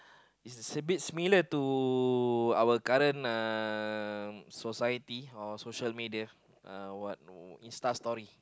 is a abit similar to our current uh society or social media or what no InstaStory